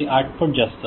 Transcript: ते 8 पट जास्त आहे